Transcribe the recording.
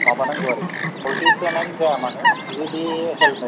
माबानांगौ आरोखि पलितिसियानानो जाया मानो जुदि हेलमेट